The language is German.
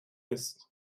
ist